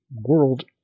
world